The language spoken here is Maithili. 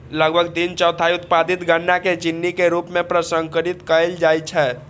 लगभग तीन चौथाई उत्पादित गन्ना कें चीनी के रूप मे प्रसंस्कृत कैल जाइ छै